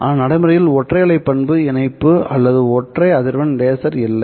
ஆனால் நடைமுறையில் ஒற்றை அலை இணைப்பு அல்லது ஒற்றை அதிர்வெண் லேசர இல்லை